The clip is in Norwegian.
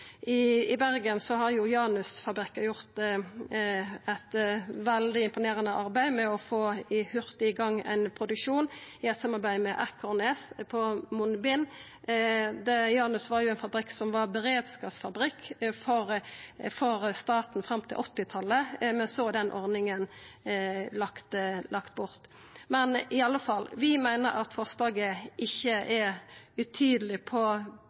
I Bergen har Janus-fabrikken, i samarbeid med Ekornes, gjort eit imponerande arbeid med å få hurtig i gang produksjon av munnbind. Janus var jo beredskapsfabrikk for staten fram til 1980-talet, men så vart den ordninga lagd bort. I alle fall: Vi meiner at forslaget ikkje er utydeleg